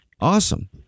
Awesome